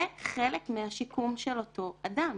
זה חלק מהשיקום של אותו אדם